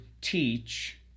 teach